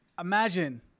Imagine